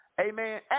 amen